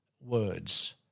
words